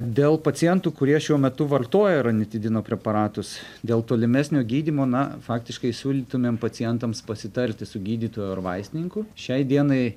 dėl pacientų kurie šiuo metu vartoja ranitidino preparatus dėl tolimesnio gydymo na faktiškai siūlytumėm pacientams pasitarti su gydytoju ar vaistininku šiai dienai